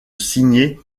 signer